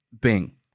Bing